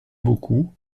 beaucoup